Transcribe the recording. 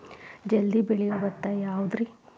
ಜಲ್ದಿ ಬೆಳಿಯೊ ಭತ್ತ ಯಾವುದ್ರೇ?